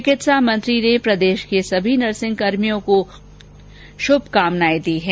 चिकित्सा मंत्री ने प्रदेश के सभी नर्सिंगकर्भियों को शुभकामनाएं दी है